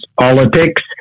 Politics